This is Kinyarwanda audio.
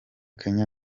kenya